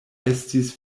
estis